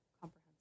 comprehensive